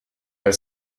her